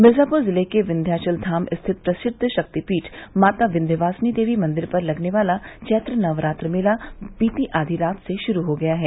मिर्जापूर जिले के विन्ध्याचलधाम स्थित प्रसिद्व शक्तिपीठ माता विन्ध्यवासिनी देवी मंदिर पर लगने वाला चैत्र नवरात्र मेला बीती आधी रात से शुरू हो गया है